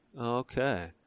Okay